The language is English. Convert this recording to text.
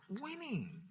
winning